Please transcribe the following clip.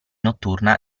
notturna